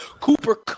Cooper